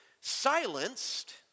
silenced